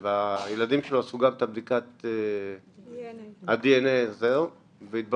והילדים שלו עשו גם את בדיקת הדנ"א הזו והתברר